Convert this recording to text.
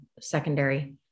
secondary